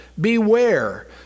Beware